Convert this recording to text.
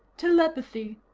telepathy,